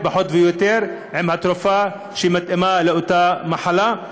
פחות או יותר עם התרופה שמתאימה לאותה מחלה.